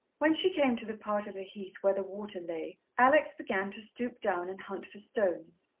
when she came to the part of the heath where the water lay, alex began to stoop down and hunt for stones.